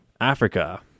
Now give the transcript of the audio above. Africa